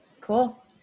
Cool